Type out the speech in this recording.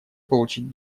получить